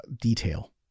detail